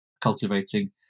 cultivating